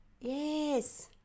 Yes